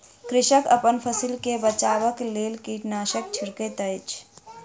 कृषक अपन फसिल के बचाबक लेल कीटनाशक छिड़कैत अछि